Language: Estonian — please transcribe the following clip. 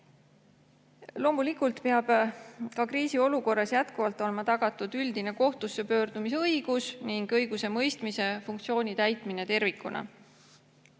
Loomulikult peab ka kriisiolukorras olema tagatud üldine kohtusse pöördumise õigus ning õigusemõistmise funktsiooni täitmine tervikuna. Eelnõuga